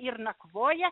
ir nakvoja